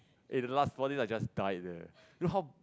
eh you know last four days I just die leh you know how